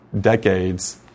decades